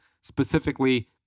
specifically